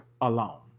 alone